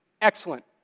excellent